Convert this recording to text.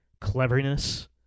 cleverness